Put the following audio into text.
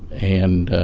and,